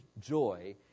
joy